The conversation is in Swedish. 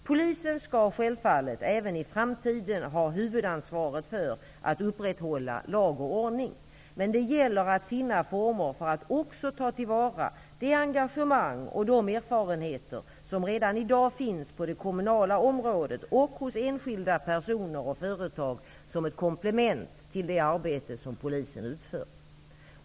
Polisen skall självfallet även i framtiden ha huvudansvaret för att upprätthålla lag och ordning. Men det gäller att finna former för att också ta till vara det engagemang och de erfarenheter som redan i dag finns på det kommunala området och hos enskilda personer och företag, som ett komplement till det arbete som polisen utför.